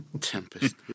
Tempest